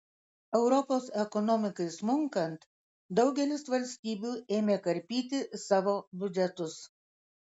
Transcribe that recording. europos ekonomikai smunkant daugelis valstybių ėmė karpyti savo biudžetus